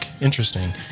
Interesting